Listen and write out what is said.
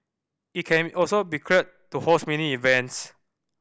it can also be cleared to host mini events